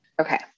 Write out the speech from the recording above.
Okay